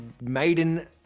maiden